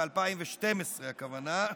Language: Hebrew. ב-2012 הכוונה,